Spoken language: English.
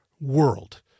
world